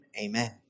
Amen